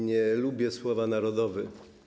Nie lubię słowa ˝narodowy˝